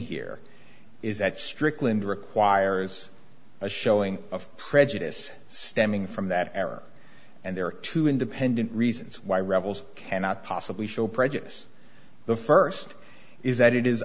here is that strickland requires a showing of prejudice stemming from that era and there are two independent reasons why rebel's cannot possibly show prejudice the first is that it is